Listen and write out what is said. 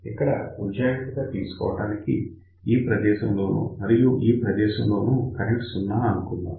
ఇక్కడ ఉజ్జాయింపుగా తీసుకోవడానికి ఈ ప్రదేశంలోనూ మరియు ఈ ప్రదేశంలోను కరెంట్ సున్న అనుకుందాం